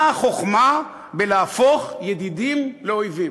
מה החוכמה בלהפוך ידידים לאויבים?